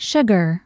Sugar